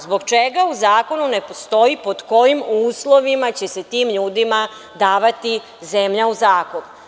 Zbog čega u zakonu ne postoji pod kojim uslovima će se tim ljudima davati zemlja u zakup?